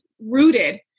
rooted